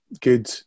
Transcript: good